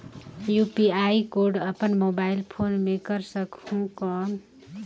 UPI code अपन mobile phone मे कर सकहुं कौन?